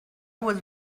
was